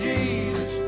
Jesus